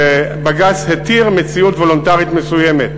בג"ץ התיר מציאות וולונטרית מסוימת,